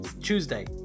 Tuesday